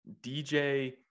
DJ